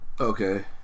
Okay